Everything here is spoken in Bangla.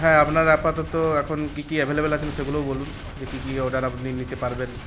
হ্যাঁ আপনার আপাতত এখন কী কী অ্যাভেলেবেল আছেন সেগুলোও বলুন যে কী কি অর্ডার আপনি নিতে পারবেন